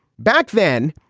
back then,